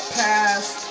past